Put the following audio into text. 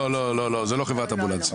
לא, זו לא חברת אמבולנסים.